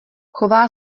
chová